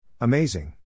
Amazing